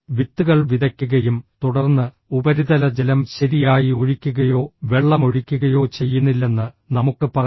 വിത്തുകൾ വിതയ്ക്കുകയും തുടർന്ന് ഉപരിതല ജലം ശരിയായി ഒഴിക്കുകയോ വെള്ളം ഒഴിക്കുകയോ ചെയ്യുന്നില്ലെന്ന് നമുക്ക് പറയാം